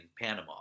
Panama